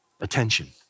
Attention